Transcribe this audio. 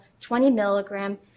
20-milligram